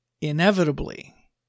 inevitably